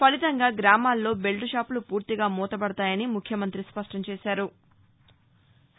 ఫలితంగా గ్రామాల్లో బెల్టుషాపులు పూర్తిగా మూతబడతాయని ముఖ్యమంత్రి స్పష్టం చేశారు